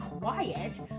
quiet